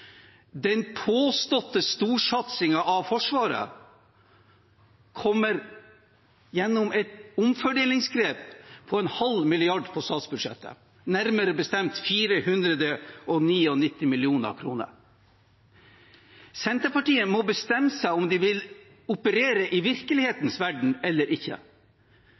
Den påståtte storsatsingen på Forsvaret kommer gjennom et omfordelingsgrep på en halv milliard på statsbudsjettet, nærmere bestemt 499 mill. kr. Senterpartiet må bestemme seg for om de vil operere i virkelighetens verden eller ikke.